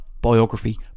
biography